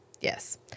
Yes